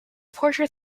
portrait